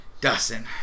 Dustin